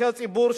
כשליחי ציבור,